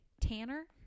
Tanner